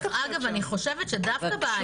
אני חושבת שדווקא בהייטק,